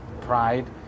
pride